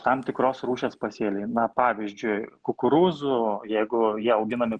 tam tikros rūšies pasėliai na pavyzdžiui kukurūzų jeigu jie auginami